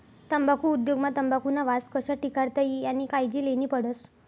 तम्बाखु उद्योग मा तंबाखुना वास कशा टिकाडता ई यानी कायजी लेन्ही पडस